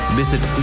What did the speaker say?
visit